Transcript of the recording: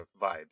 vibes